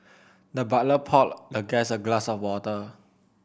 the butler poured the guest a glass of water